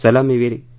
सलामीवीर के